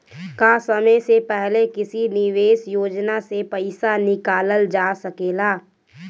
का समय से पहले किसी निवेश योजना से र्पइसा निकालल जा सकेला?